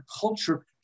culture